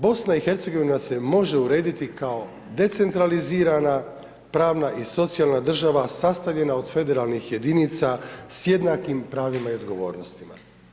BiH se može urediti kao decentralizirana pravna i socijalna država sastavljena od federalnih jedinica s jednakim pravima i odgovornostima.